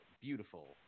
beautiful